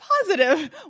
positive